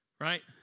Right